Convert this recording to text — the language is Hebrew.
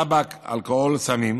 טבק, אלכוהול, סמים.